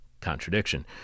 contradiction